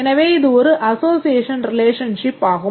எனவே இது ஒரு அசோசியேஷன் ரிலேஷன்ஷிப் ஆகும்